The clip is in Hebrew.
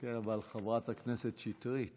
כן, אבל חברת הכנסת שטרית